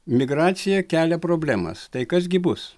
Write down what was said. migracija kelia problemas tai kas gi bus